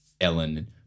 Ellen